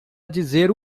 dizer